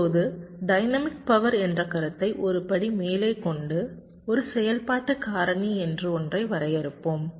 இப்போது dynamic power என்ற கருத்தை ஒரு படி மேலே கொண்டு ஒரு செயல்பாட்டு காரணி என்று ஒன்றை வரையறுப்போம்